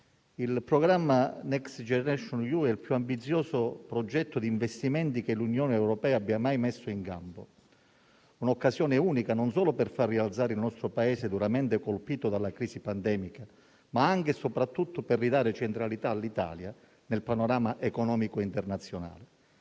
il programma Next generation EU è il più ambizioso progetto di investimenti che l'Unione europea abbia mai messo in campo. Un'occasione unica non solo per far rialzare il nostro Paese duramente colpito dalla crisi pandemica, ma anche e soprattutto per ridare centralità all'Italia nel panorama economico internazionale.